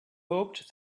hoped